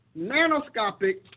nanoscopic